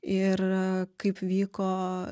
ir kaip vyko